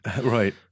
Right